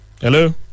Hello